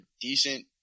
decent